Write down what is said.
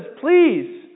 Please